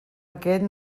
aquest